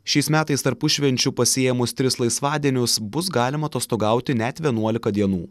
šiais metais tarpušvenčiu pasiėmus tris laisvadienius bus galima atostogauti net vienuolika dienų